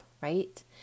right